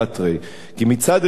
כי מצד אחד אמרת,